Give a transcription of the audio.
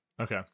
Okay